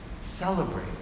Celebrate